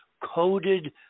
coded